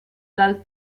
dal